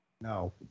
No